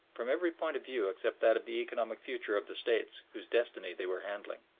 from every point of view except that of the economic future of the states whose destiny they were handling.